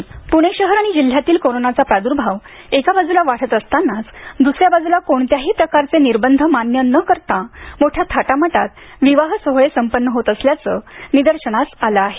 लुग्न पुणे शहर आणि जिल्ह्यातील कोरोनाचा प्रादुर्भाव एका बाजूला वाढत असतानाच दुसऱ्या बाजूला कोणत्याही प्रकारचे निर्बंध मान्य न करता मोठ्या थाटामाटात विवाह सोहळे संपन्न होत असल्याचं निदर्शनास आहे